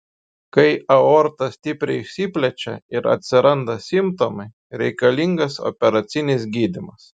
kai aorta stipriai išsiplečia ir atsiranda simptomai reikalingas operacinis gydymas